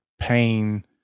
pain